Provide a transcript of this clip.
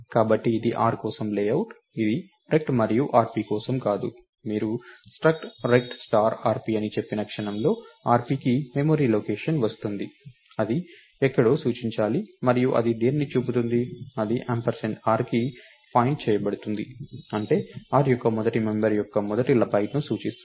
కాబట్టి ఇది r కోసం లేఅవుట్ ఇది రెక్ట్ మరియు rp కోసం కాదు మీరు struct రెక్ట్ స్టార్ rp అని చెప్పిన క్షణంలో rpకి మెమరీ లొకేషన్ వస్తుంది అది ఎక్కడో సూచించాలి మరియు అది దేనిని చూపుతుంది ఇది ఆంపర్సండ్ r కి పాయింట్ చేయబడుతుంది అంటే r యొక్క మొదటి మెంబర్ యొక్క మొదటి బైట్ను సూచిస్తుంది